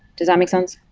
does that make sense?